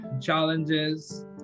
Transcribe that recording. challenges